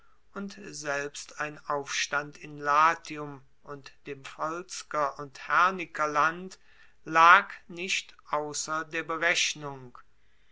und selbst ein aufstand in latium und dem volsker und hernikerland lag nicht ausser der berechnung